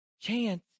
chance